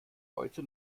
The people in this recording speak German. heute